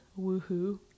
Woohoo